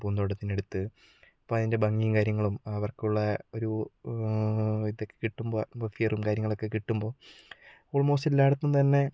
പൂന്തോട്ടത്തിനടുത്ത് അപ്പോൾ അതിൻ്റെ ഭംഗിയും കാര്യങ്ങളും അവർക്കുള്ള ഒരു ഇതൊക്കെ കിട്ടുമ്പോൾ അറ്റ്മോസ്ഫിയറും കാര്യങ്ങളൊക്കെ കിട്ടുമ്പോൾ ഓൾമോസ്റ്റ് എല്ലായിടത്തും തന്നെ